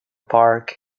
park